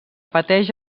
pateix